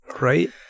Right